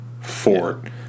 fort